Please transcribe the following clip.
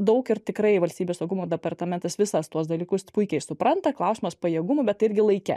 daug ir tikrai valstybės saugumo departamentas visas tuos dalykus puikiai supranta klausimas pajėgumų bet tai irgi laike